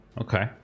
Okay